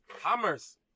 Hammers